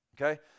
Okay